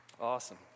Awesome